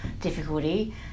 difficulty